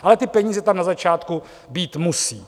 Ale ty peníze tam na začátku být musí.